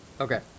Okay